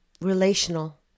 relational